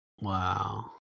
Wow